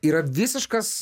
yra visiškas